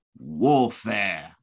Warfare